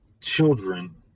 children